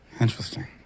Interesting